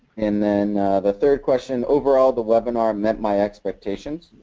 and then the third question, overall the webinar met my expectations.